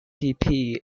civil